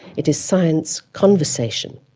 it is science conversation,